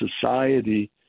society